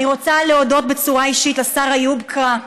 אני רוצה להודות בצורה אישית לשר איוב קרא,